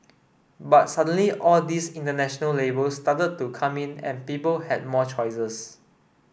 but suddenly all these international labels started to come in and people had more choices